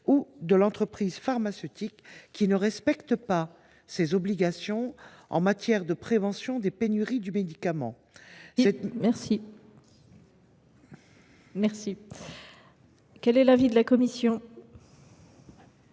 ou par les entreprises pharmaceutiques qui ne respecteraient pas leurs obligations en matière de prévention des pénuries de médicaments. Quel est l’avis de la commission ?